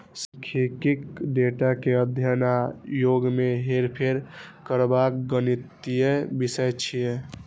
सांख्यिकी डेटा के अध्ययन आ ओय मे हेरफेर करबाक गणितीय विषय छियै